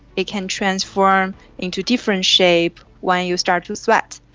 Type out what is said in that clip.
it can transform into different shapes when you start to sweat.